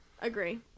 agree